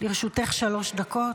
לרשותך שלוש דקות.